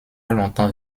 longtemps